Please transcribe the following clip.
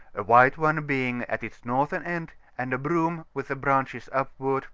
a white one being at its northern end, and a broom, with the branches upward